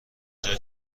جای